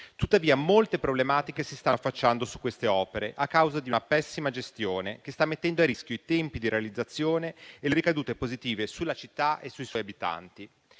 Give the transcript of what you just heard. Tuttavia, molte problematiche si stanno affacciando su queste opere a causa di una pessima gestione che sta mettendo a rischio i tempi di realizzazione e le ricadute positive sulla città e sui suoi abitanti.